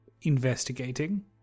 investigating